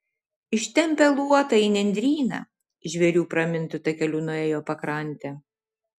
ištempę luotą į nendryną žvėrių pramintu takeliu nuėjo pakrante